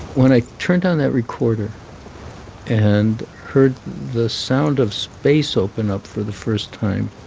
when i turned on that recorder and heard the sound of space open up for the first time,